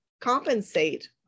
compensate